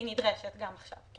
היא נדרשת גם עכשיו.